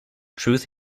truth